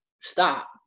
stop